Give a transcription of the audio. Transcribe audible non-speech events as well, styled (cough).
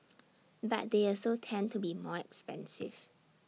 (noise) but they also tend to be more expensive